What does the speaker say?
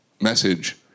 message